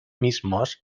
mismos